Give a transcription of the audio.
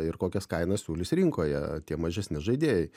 ir kokias kainas siūlys rinkoje tie mažesni žaidėjai